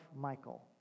Michael